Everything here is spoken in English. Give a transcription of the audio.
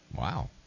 Wow